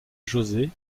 josé